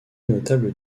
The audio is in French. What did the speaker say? notable